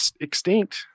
extinct